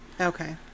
okay